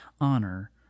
honor